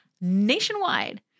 nationwide